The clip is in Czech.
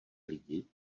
lidi